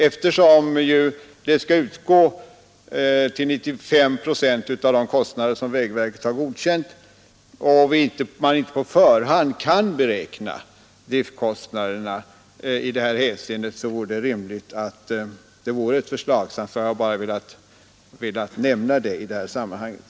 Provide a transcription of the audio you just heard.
Eftersom det skall utgå till 95 procent av de kostnader som vägverket har godkänt och då man inte på förhand kan beräkna driftkostnaderna i detta hänseende, är det rimligt att anslaget är ett förslagsanslag. Jag har bara velat nämna detta i sammanhanget.